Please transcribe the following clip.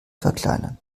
verkleinern